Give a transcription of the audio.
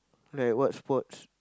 like what sports